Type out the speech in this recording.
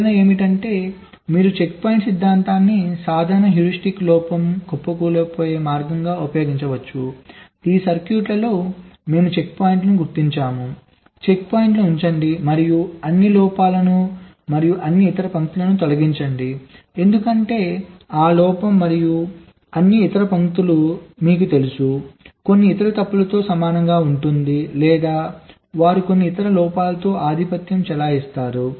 ప్రేరణ ఏమిటంటే మీరు చెక్పాయింట్ సిద్ధాంతాన్ని సాధారణ హ్యూరిస్టిక్ లోపం కుప్పకూలిపోయే మార్గంగా ఉపయోగించవచ్చు ఈ సర్క్యూట్లో మేము చెక్పాయింట్లను గుర్తించాము చెక్పాయింట్లను ఉంచండి మరియు అన్ని లోపాలను మరియు అన్ని ఇతర పంక్తులను తొలగించండి ఎందుకంటే ఆ లోపం మరియు అన్ని ఇతర పంక్తులు మీకు తెలుసు కొన్ని ఇతర తప్పులతో సమానంగా ఉంటుంది లేదా వారు కొన్ని ఇతర లోపాలతో ఆధిపత్యం చెలాయిస్తారు